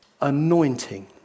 anointing